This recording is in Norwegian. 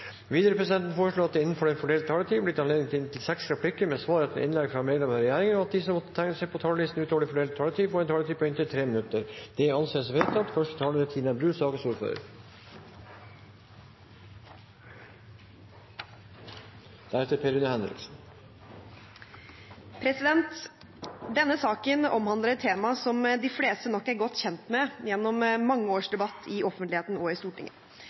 Videre vil presidenten foreslå at det – innenfor den fordelte taletid – blir gitt anledning til seks replikker med svar etter innlegg fra medlemmer av regjeringen, og at de som måtte tegne seg på talerlisten utover den fordelte taletid, får en taletid på inntil 3 minutter. – Det anses vedtatt. Denne saken omhandler et tema som de fleste nok er godt kjent med gjennom mange års debatt i offentligheten og i Stortinget.